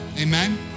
Amen